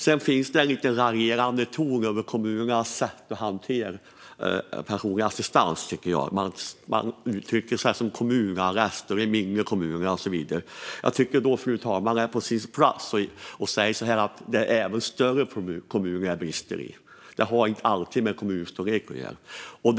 Det finns en lite raljerande ton när det gäller kommunernas sätt att hantera personlig assistans, tycker jag. Man använder uttryck som "kommunarrest" och "i mindre kommuner" och så vidare. Jag tycker att det är på sin plats, fru talman, att säga att det brister även i större kommuner. Det har inte alltid med kommunstorleken att göra.